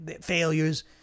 failures